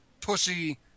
Pussy